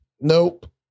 nope